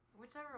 Whichever